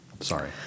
Sorry